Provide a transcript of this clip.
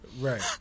Right